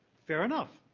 fair enough